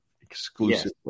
exclusively